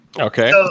Okay